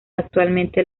actualmente